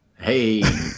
Hey